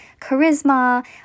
charisma